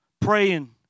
praying